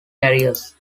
carriers